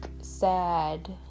sad